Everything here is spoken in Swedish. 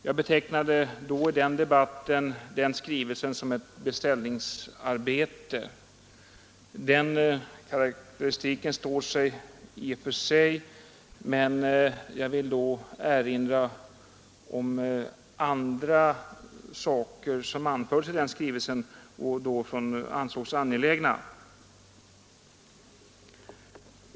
Jag betecknade den skrivelsen som ett beställningsarbete. Den karakteristiken står sig i och för sig, men jag vill också erinra om andra önskemål som framfördes i den skrivelsen och som ansågs angelägna.